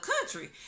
country